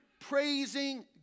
praising